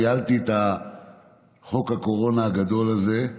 ניהלתי את חוק הקורונה הגדול הזה,